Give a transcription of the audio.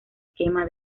quema